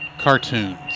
Cartoons